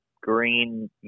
green